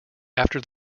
after